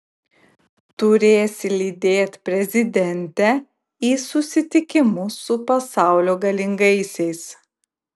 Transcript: turėsi lydėt prezidentę į susitikimus su pasaulio galingaisiais